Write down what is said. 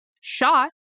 shot